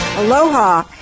Aloha